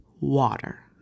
water